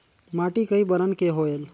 माटी कई बरन के होयल?